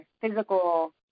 physical